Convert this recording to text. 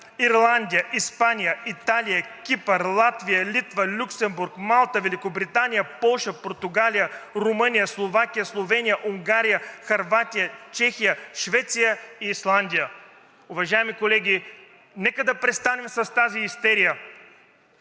Ирландия, Испания, Италия, Кипър, Латвия, Литва, Люксембург, Малта, Великобритания, Полша, Португалия, Румъния, Словакия, Словения, Унгария, Хърватия, Чехия, Швеция и Исландия. Уважаеми колеги, нека да престанем с тази истерия.